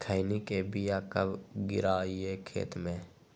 खैनी के बिया कब गिराइये खेत मे?